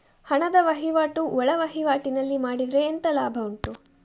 ಹಣದ ವಹಿವಾಟು ಒಳವಹಿವಾಟಿನಲ್ಲಿ ಮಾಡಿದ್ರೆ ಎಂತ ಲಾಭ ಉಂಟು?